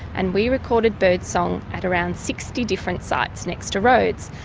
and we recorded birdsong at around sixty different sites next to roads.